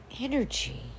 energy